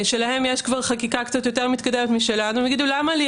שלהם יש כבר חקיקה קצת יותר מתקדמת משלנו יגידו למה לי?